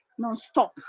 nonstop